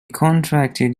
contracted